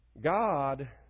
God